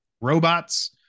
robots